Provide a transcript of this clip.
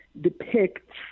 depicts